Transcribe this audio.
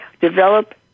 develop